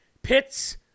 Pits